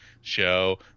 show